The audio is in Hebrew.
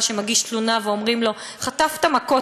שמגיש תלונה ואומרים לו: חטפת מכות,